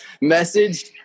message